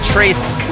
Traced